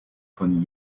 von